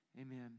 Amen